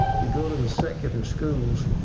you go to the secular schools,